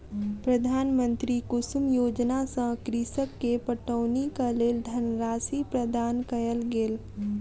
प्रधानमंत्री कुसुम योजना सॅ कृषक के पटौनीक लेल धनराशि प्रदान कयल गेल